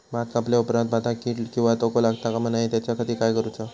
भात कापल्या ऑप्रात भाताक कीड किंवा तोको लगता काम नाय त्याच्या खाती काय करुचा?